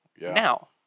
Now